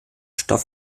stoff